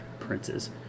princes